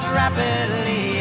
rapidly